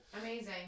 Amazing